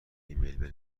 ایمیل